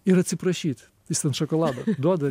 ir atsiprašyt jis ten šokoladą duoda